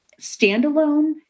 standalone